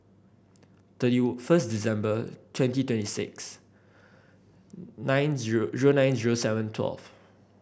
thirty first December twenty twenty six nine zero zero nine zero seven twelve